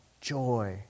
joy